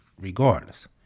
regardless